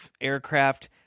aircraft